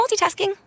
multitasking